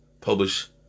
publish